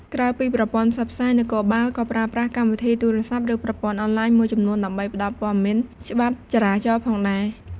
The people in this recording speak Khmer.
ក្រៅពីប្រព័ន្ធផ្សព្វផ្សាយ នគរបាលក៏ប្រើប្រាស់ កម្មវិធីទូរស័ព្ទ ឬប្រព័ន្ធអនឡាញ មួយចំនួនដើម្បីផ្តល់ព័ត៌មានច្បាប់ចរាចរណ៍ផងដែរ។